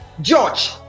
George